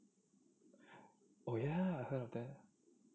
oh ya heard of that